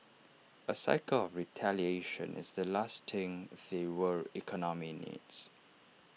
A cycle of retaliation is the last thing the world economy needs